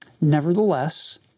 Nevertheless